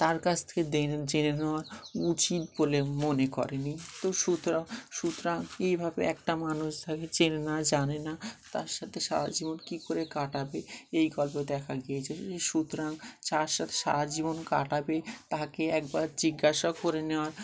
তার কাছ থেকে জেনে নেওয়া উচিত বলে মনে করেনি তো সুতরাং সুতরাং এইভাবে একটা মানুষ তাকে চেনে না জানে না তার সাথে সারা জীবন কী করে কাটাবে এই গল্প দেখা গিয়েছে সুতরাং তারার সাথে সারা জীবন কাটাবে তাকে একবার জিজ্ঞাসা করে নেওয়ার